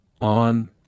on